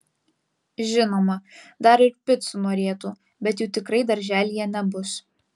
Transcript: žinoma dar ir picų norėtų bet jų tikrai darželyje nebus